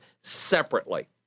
separately